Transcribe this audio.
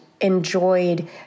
enjoyed